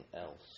else